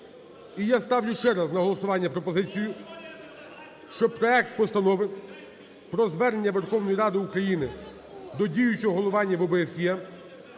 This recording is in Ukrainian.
я ставлю ще раз на голосування пропозицію, щоб проект Постанови про Звернення Верховної Ради України до діючого головування в